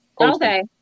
Okay